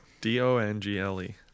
d-o-n-g-l-e